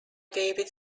david